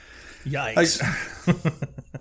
Yikes